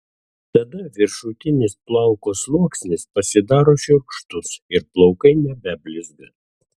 tada viršutinis plauko sluoksnis pasidaro šiurkštus ir plaukai nebeblizga